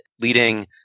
leading